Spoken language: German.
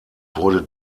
wurde